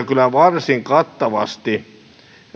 kyllä varsin kattavasti